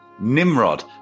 Nimrod